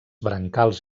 brancals